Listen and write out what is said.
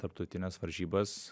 tarptautines varžybas